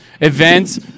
events